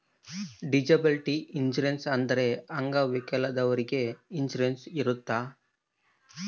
disability insurance ಅಂದ್ರೆ ಅಂಗವಿಕಲದವ್ರಿಗೆ insurance ಇರುತ್ತೆ